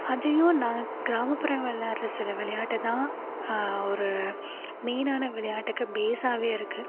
அதையும் நான் கிராமப்புற விளையாட்ற சில விளையாட்ட தான் ஒரு மெயினான விளையாட்டுக்கு பேஸ்ஸாகவே இருக்குது